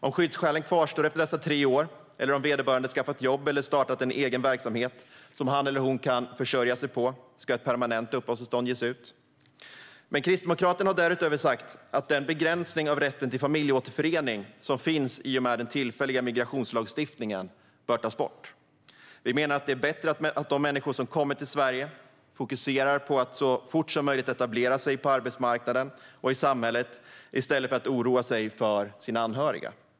Om skyddsskälen kvarstår efter dessa tre år, eller om vederbörande skaffat ett jobb eller startat en egen verksamhet som han eller hon kan försörja sig på, ska ett permanent uppehållstillstånd utfärdas. Men Kristdemokraterna har därutöver sagt att den begränsning av rätten till familjeåterförening som finns i och med den tillfälliga migrationslagstiftningen bör tas bort. Vi menar att det är bättre att de människor som kommer till Sverige fokuserar på att så fort som möjligt etablera sig på arbetsmarknaden och i samhället än att de oroar för sina anhöriga.